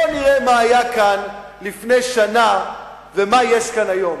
בוא נראה מה היה כאן לפני שנה ומה יש כאן היום.